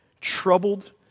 troubled